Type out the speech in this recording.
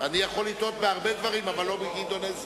אני רוצה לתת פה טיפ לאנשים שהולכים לבחירות.